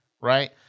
right